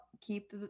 keep